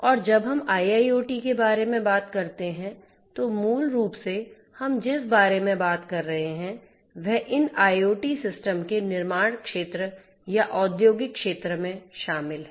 और जब हम IIoT के बारे में बात करते हैं तो मूल रूप से हम जिस बारे में बात कर रहे हैं वह इन IoT सिस्टम के निर्माण क्षेत्र या औद्योगिक क्षेत्र में शामिल है